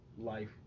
life